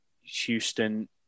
Houston